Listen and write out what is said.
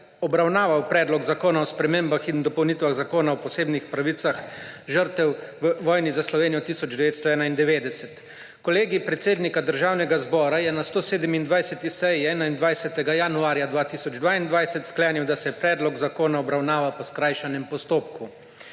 obravnaval Predlog zakona o spremembah in dopolnitvah Zakona o posebnih pravicah žrtev v vojni za Slovenijo 1991. Kolegij predsednika Državnega zbora je na 127. seji 21. januarja 2022 sklenil, da se predlog zakona obravnava po skrajšanem postopku.